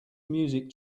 music